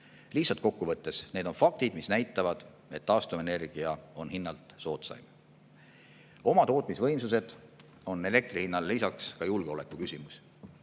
Lihtsalt kokku võttes, need on faktid, mis näitavad, et taastuvenergia on hinnalt soodsaim. Oma tootmisvõimsused on elektri hinnale lisaks ka julgeoleku küsimus.